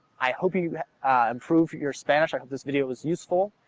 i hope you improve your spanish, i hope this video was useful.